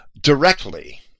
directly